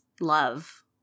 love